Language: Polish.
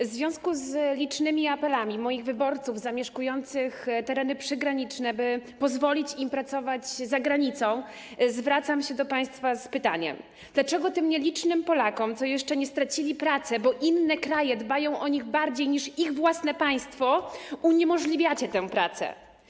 W związku z licznymi apelami moich wyborców zamieszkujących tereny przygraniczne, by pozwolić im pracować za granicą, zwracam się do państwa z pytaniem: Dlaczego tym nielicznym Polakom, którzy jeszcze nie stracili pracy, bo inne kraje dbają o nich bardziej niż ich własne państwo, uniemożliwiacie tę pracę?